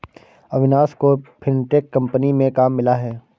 अविनाश को fintech company में काम मिला है